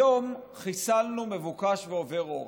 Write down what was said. היום חיסלנו מבוקש ועובר אורח.